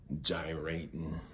gyrating